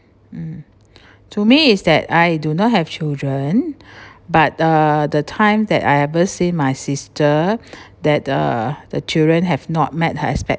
mm to me is that I do not have children but uh the time that I ever seen my sister that uh the children have not met her